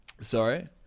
sorry